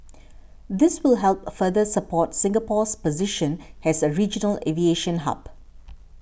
this will help further support Singapore's position as a regional aviation hub